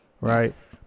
right